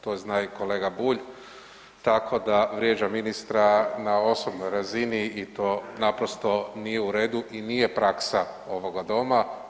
To zna i kolega Bulj, tako da vrijeđa ministra na osobnoj razini i to naprosto nije u redu i nije praksa ovoga Doma.